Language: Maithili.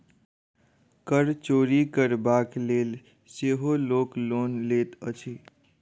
कर चोरि करबाक लेल सेहो लोक लोन लैत अछि